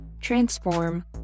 transform